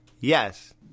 Yes